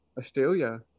Australia